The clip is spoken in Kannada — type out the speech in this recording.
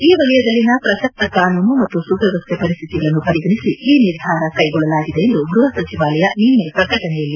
ಈ ವಲಯದಲ್ಲಿನ ಪ್ರಸಕ್ತ ಕಾನೂನು ಮತ್ತು ಸುವ್ಕವಸ್ಥೆ ಪರಿಶ್ಥಿತಿಗಳನ್ನು ಪರಿಗಣಿಸಿ ಈ ನಿರ್ಧಾರ ಕೈಗೊಳ್ಳಲಾಗಿದೆ ಎಂದು ಗೃಪ ಸಚಿವಾಲಯ ನಿನ್ನೆ ಪ್ರಕಟಣೆಯಲ್ಲಿ ತಿಳಿಸಿದೆ